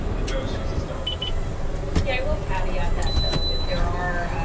ah know she's a starbucks fan. yeah, i will caveat that though with there are